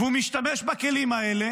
והוא משתמש בכלים האלה